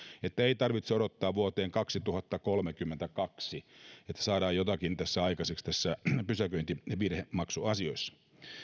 että ei tarvitse odottaa vuoteen kaksituhattakolmekymmentäkaksi että saadaan jotakin aikaiseksi tässä pysäköintivirhemaksuasiassa